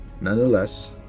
nonetheless